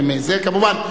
כמובן.